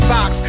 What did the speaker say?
Fox